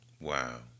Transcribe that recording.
Wow